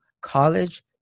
college